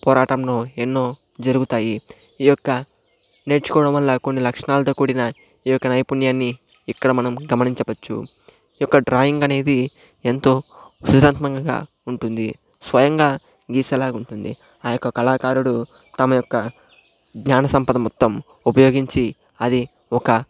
పోరాటమును ఎన్నో జరుగుతాయి ఈ యొక్క నేర్చుకోవడం వల్ల కొన్ని లక్షణాలతో కూడిన ఈ యొక్క నైపుణ్యాన్ని ఇక్కడ మనం గమనించవచ్చు ఈ యొక్క డ్రాయింగ్ అనేది ఎంతో సృజనాత్మకంగా ఉంటుంది స్వయంగా గీసేలాగా ఉంటుంది ఆ యొక్క కళాకారుడు తమ యొక్క జ్ఞాన సంపద మొత్తం ఉపయోగించి అది ఒక